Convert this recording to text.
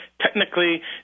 Technically